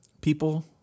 People